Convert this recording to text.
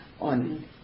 on